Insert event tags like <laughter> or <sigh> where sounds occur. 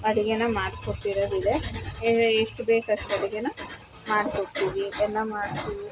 ಅಡುಗೆನ ಮಾಡ್ಕೊಟ್ಟಿರೋದು ಇದೆ ಎಷ್ಟು ಬೇಕು ಅಷ್ಟು ಅಡುಗೆನ ಮಾಡ್ಕೊಡ್ತೀವಿ <unintelligible> ಮಾಡ್ತೀವಿ